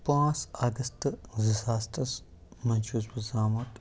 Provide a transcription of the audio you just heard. پانٛژھ اَگستہٕ زٕ ساستس منٛز چھُس بہٕ زامت